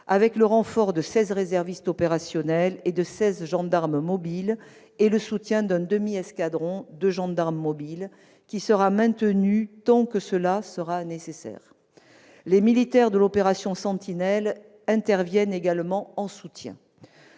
avec le renfort de seize réservistes opérationnels, de seize gendarmes mobiles et le soutien d'un demi-escadron de gendarmes mobiles qui sera maintenu tant que cela sera nécessaire. Les militaires de l'opération Sentinelle interviennent également en soutien.